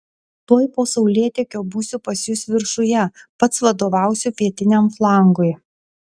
tuoj po saulėtekio būsiu pas jus viršuje pats vadovausiu pietiniam flangui